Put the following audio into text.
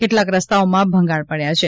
કેટલાંક રસ્તાઓમાં ભંગાણ પડ્યું છે